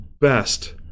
best